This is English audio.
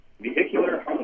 Vehicular